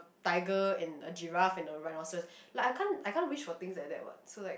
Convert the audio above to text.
tiger and a giraffe and a rhinoceros like I can't I can't wish for things like that what so like